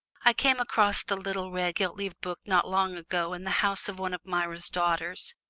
i came across the little red gilt-leaved book not long ago in the house of one of myra's daughters,